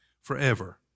forever